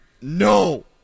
No